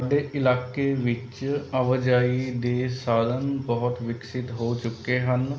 ਸਾਡੇ ਇਲਾਕੇ ਵਿੱਚ ਆਵਾਜਾਈ ਦੇ ਸਾਧਨ ਬਹੁਤ ਵਿਕਸਿਤ ਹੋ ਚੁੱਕੇ ਹਨ